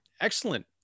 excellent